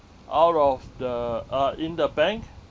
out of the uh in the bank